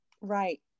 Right